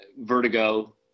Vertigo